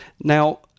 Now